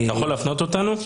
אתה יכול להפנות אותנו?